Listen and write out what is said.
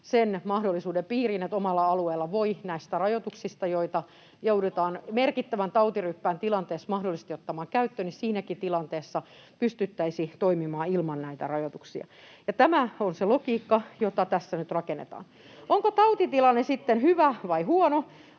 sen mahdollisuuden piiriin, että jos omalla alueella nätä rajoituksia joudutaan merkittävän tautiryppään tilanteessa mahdollisesti ottamaan käyttöön, niin siinäkin tilanteessa pystyttäisiin toimimaan ilman näitä rajoituksia. Tämä on se logiikka, jota tässä nyt rakennetaan. [Juha Mäenpää: Millä